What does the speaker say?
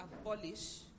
abolish